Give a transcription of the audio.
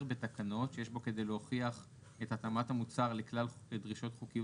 בתקנות שיש בו כדי להוכיח את התאמת המוצר לכלל דרישות חוקיות